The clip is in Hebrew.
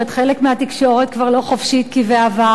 חלק מהתקשורת כבר לא חופשית כבעבר,